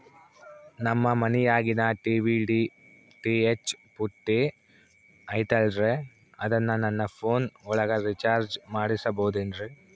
ನಮ್ಮ ಮನಿಯಾಗಿನ TV DTH ಪುಟ್ಟಿ ಐತಲ್ರೇ ಅದನ್ನ ನನ್ನ ಪೋನ್ ಒಳಗ ರೇಚಾರ್ಜ ಮಾಡಸಿಬಹುದೇನ್ರಿ?